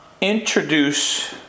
introduce